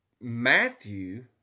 Matthew